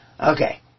Okay